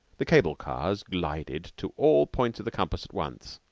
the cable cars glided to all points of the compass at once.